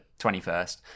21st